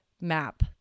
map